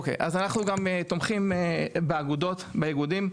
אוקיי, אז אנחנו גם תומכים באגודות, באיגודים.